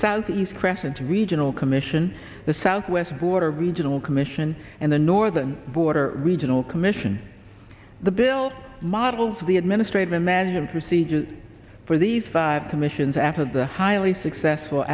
southeast crescent regional commission the southwest border regional commission and the northern border regional commission the bill models the administrative imagine procedure for these commissions after the highly successful